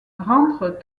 rentrent